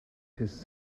his